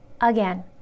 again